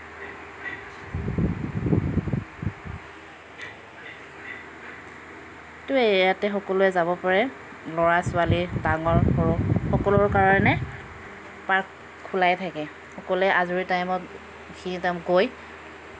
সেইটোৱেই ইয়াতে সকলোৱে যাব পাৰে ল'ৰা ছোৱালী ডাঙৰ সৰু সকলোৰে কাৰণে পাৰ্ক খোলাই থাকে সকলোৱে আজৰি টাইমত সেইখিনিত গৈ